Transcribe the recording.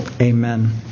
Amen